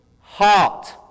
heart